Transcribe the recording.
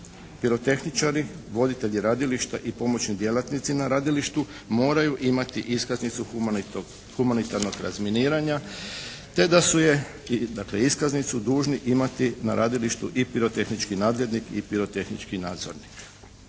Pirotehničari, voditelji radilišta i pomoćni djelatnici na radilištu moraju imati iskaznicu humanitarnog razminiranja te da su je, dakle iskaznicu dužni imati na radilištu i pirotehnički nadglednik i pirotehnički nadzornik.